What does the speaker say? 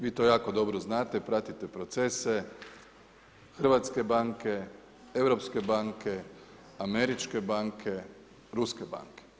Vi to jako dobro znate, pratite procese hrvatske banke, europske banke, američke banke, ruske banke.